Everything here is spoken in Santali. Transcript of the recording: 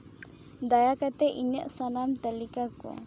ᱫᱟᱭᱟ ᱠᱟᱛᱮᱫ ᱤᱧᱟᱹᱜ ᱥᱟᱱᱟᱢ ᱛᱟᱹᱞᱤᱠᱟ ᱠᱚ